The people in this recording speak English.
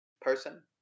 Person